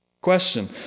Question